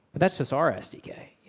that so is our sdk.